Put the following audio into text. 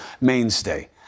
mainstay